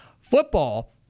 Football